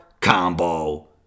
Combo